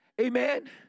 Amen